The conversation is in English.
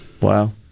wow